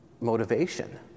motivation